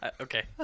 Okay